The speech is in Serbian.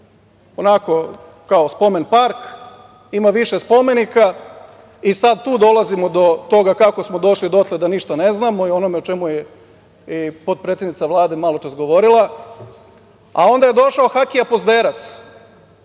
onako kao spomen park, ima više spomenika i sad tu dolazimo do toga kako smo došli dotle da ništa ne znamo i ono o čemu je i potpredsednica Vlade maločas govorila. A, onda je došao Hakija Pozderac,